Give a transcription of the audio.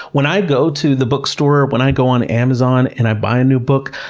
when i go to the bookstore, when i go on amazon, and i buy a new book,